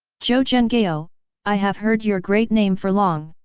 zhou zhenghao, i have heard your great name for long.